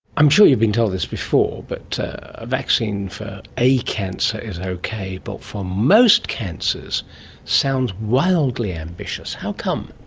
i'm sure you've been told this before, but a vaccine for a cancer is okay but for most cancers sounds wildly ambitious. how come?